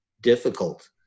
difficult